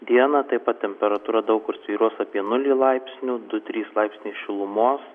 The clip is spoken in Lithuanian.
dieną taip pat temperatūra daug kur svyruos apie nulį laipsnių du trys laipsniai šilumos